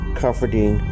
comforting